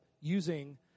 using